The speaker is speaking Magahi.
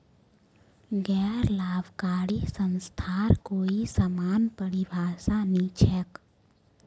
गैर लाभकारी संस्थार कोई समान परिभाषा नी छेक